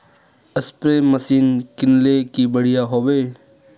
Spray machine किनले की बढ़िया होबवे?